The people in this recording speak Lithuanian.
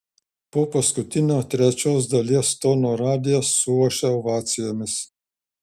po paskutinio trečios dalies tono radijas suošia ovacijomis